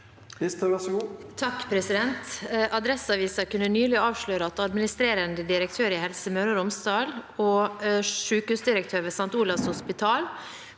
(FrP) «Adresseavisen kunne nylig avsløre at administrerende direktør i Helse Møre og Romsdal og sykehusdirektør ved St. Olavs hospital